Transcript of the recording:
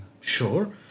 Sure